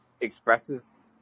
expresses